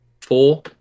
Four